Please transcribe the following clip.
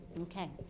Okay